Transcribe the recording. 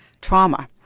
trauma